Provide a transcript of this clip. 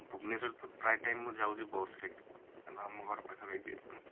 ଆଉ ଭୁବନେଶ୍ୱର ତ ପ୍ରାୟ ଟାଇମ୍ ମୁଁ ଯାଉଛି ବସ୍ରେ କାହିଁକି ନା ଆମ ଘର ପାଖାପାଖି ଯେହେତୁ